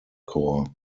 core